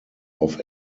auf